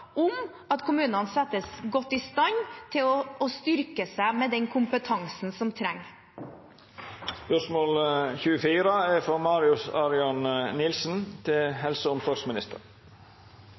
om at kommunene settes godt i stand til å styrke seg med den kompetansen som